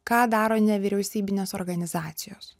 ką daro nevyriausybinės organizacijos